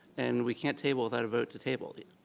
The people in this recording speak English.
and we can't table without a vote to table.